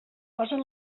posen